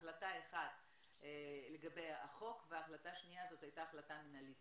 החלטה אחת לגבי החוק והחלטה שנייה הייתה החלטה מנהלית